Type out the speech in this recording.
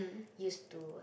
used to